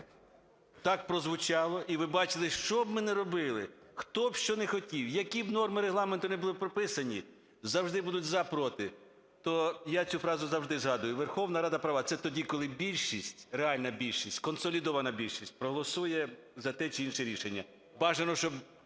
Так прозвучало, і ви бачили, що б ми не робили, хто б що не хотів, які б норми Регламенту не були прописані, завжди будуть "за" і "проти". То я цю фразу завжди згадую: Верховна Рада права. Це тоді, коли більшість, реальна більшість, консолідована більшість проголосує за те чи інше рішення. Бажано, щоб